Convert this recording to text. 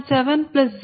7 0